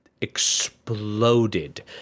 exploded